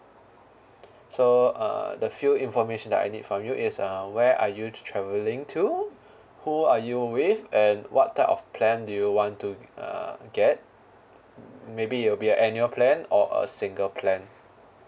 so uh the few information that I need from you is uh where are you travelling to who are you with and what type of plan do you want to uh get maybe it'll be a annual plan or a single plan